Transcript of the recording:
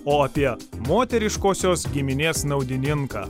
o apie moteriškosios giminės naudininką